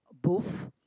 booth